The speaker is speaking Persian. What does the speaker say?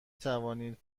توانید